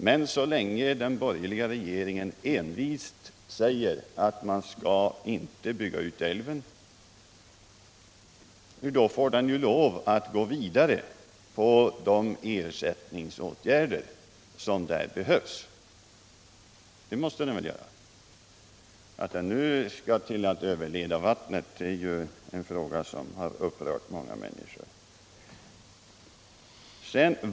Men så länge den borgerliga regeringen envist säger att man inte skall bygga ut älven, då får regeringen lov att gå vidare och vidta de ersättningsåtgärder som där behövs. Att regeringen nu överväger att överleda vattnet ären annan sak, och det är en fråga som har upprört många människor.